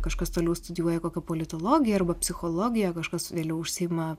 kažkas toliau studijuoja kokią politologiją arba psichologiją kažkas vėliau užsiima